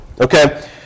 okay